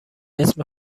اسم